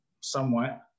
somewhat